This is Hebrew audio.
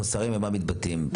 החוסרים במה מתבטאים?